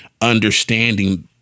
understanding